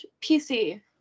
pc